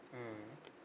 mmhmm